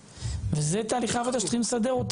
ויהיה לך הכלי שמאפשר לך